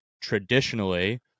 Traditionally